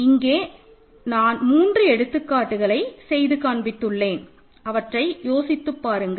இங்கே நான் மூன்று எடுத்துக்காட்டுகளை செய்து காண்பித்து உள்ளேன் அவற்றை யோசித்துப் பாருங்கள்